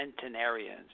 centenarians